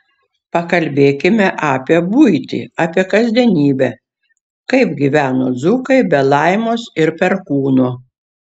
pakalbėkime apie buitį apie kasdienybę kaip gyveno dzūkai be laimos ir perkūno